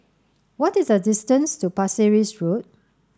what is the distance to Pasir Ris Road